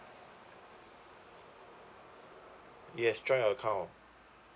yes joint account